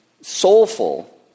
soulful